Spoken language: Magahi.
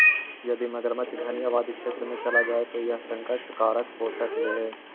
यदि मगरमच्छ घनी आबादी क्षेत्र में चला जाए तो यह संकट कारक हो सकलई हे